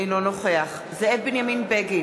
אינו נוכח זאב בנימין בגין,